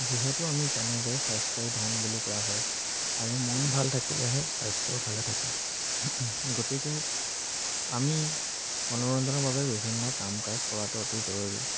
যিহেতু আমি জানো যে স্বাস্থ্যই ধন বুলি কোৱা হয় আৰু মন ভাল থাকিলেহে স্বাস্থ্যও ভালে থাকে গতিকে আমি মনোৰঞ্জনৰ বাবে বিভিন্ন কাম কাজ কৰাটো অতি জৰুৰী